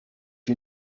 you